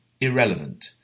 irrelevant